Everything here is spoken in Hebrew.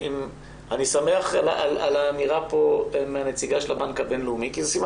אני שמח על האמירה פה מהנציגה של הבנק הבינלאומי כי זה סימן